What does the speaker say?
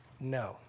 No